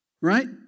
Right